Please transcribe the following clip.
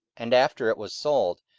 and after it was sold,